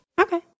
Okay